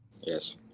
Yes